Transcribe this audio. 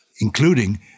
including